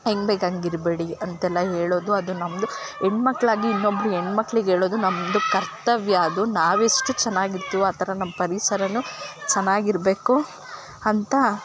ಹೆಂಗ್ಬೇಕೋ ಹಂಗೆ ಇರಬೇಡಿ ಅಂತೆಲ್ಲ ಹೇಳೋದು ಅದು ನಮ್ದು ಹೆಣ್ ಮಕ್ಕಳಾಗಿ ಇನ್ನೊಬ್ರು ಹೆಣ್ಮಕ್ಳಿಗೆ ಹೇಳೋದು ನಮ್ದು ಕರ್ತವ್ಯ ಅದು ನಾವೆಷ್ಟು ಚೆನ್ನಾಗ್ ಇರ್ತಿವೋ ಆ ಥರ ನಮ್ಮ ಪರಿಸರ ಚೆನ್ನಾಗಿರ್ಬೇಕು ಅಂತ